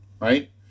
right